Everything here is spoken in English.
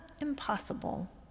impossible